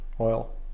oil